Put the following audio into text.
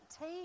tea